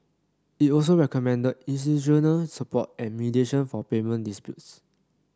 it also recommended institutional support and mediation for payment disputes